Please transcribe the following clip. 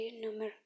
number